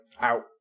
out